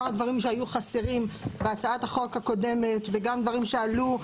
כמה דברים שהיו חסרים בהצעת החוק הקודמת וגם דברים שעלו.